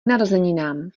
narozeninám